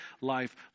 life